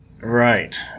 Right